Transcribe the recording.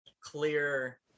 clear